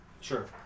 Sure